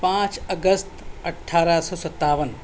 پانچ اگست اٹھارہ سو ستاون